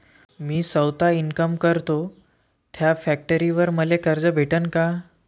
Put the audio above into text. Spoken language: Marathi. मी सौता इनकाम करतो थ्या फॅक्टरीवर मले कर्ज भेटन का?